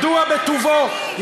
כלפי מתנחלים,